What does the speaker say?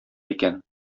икән